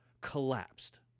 collapsed